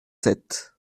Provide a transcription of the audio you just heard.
sept